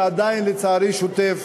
ועדיין לצערי שוטף,